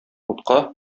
утка